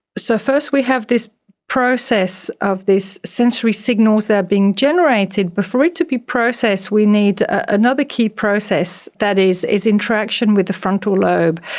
so first we have this process of these sensory signals that are being generated, but for it to be processed we need another key process that is is in traction with the frontal lobe.